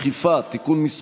אכיפה) (תיקון מס'